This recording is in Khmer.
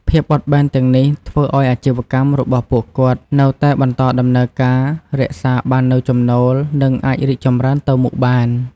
ភាពបត់បែនទាំងនេះធ្វើឱ្យអាជីវកម្មរបស់ពួកគាត់នៅតែបន្តដំណើរការ រក្សាបាននូវចំណូល និងអាចរីកចម្រើនទៅមុខបាន។